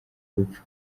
urupfu